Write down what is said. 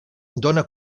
dóna